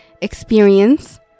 experience